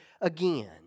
again